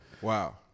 wow